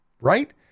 right